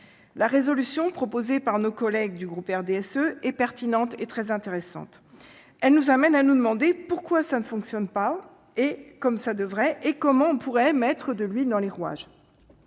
La résolution proposée par nos collègues du groupe du RDSE est pertinente et très intéressante. Elle nous amène à nous demander pourquoi le système ne fonctionne pas comme il le devrait : comment « mettre de l'huile dans les rouages